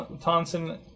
Thompson